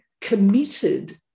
committed